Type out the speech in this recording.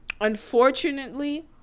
Unfortunately